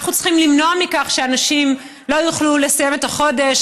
אנחנו צריכים למנוע שאנשים לא יוכלו לסיים את החודש,